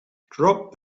drop